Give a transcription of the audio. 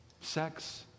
Sex